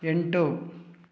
ಎಂಟು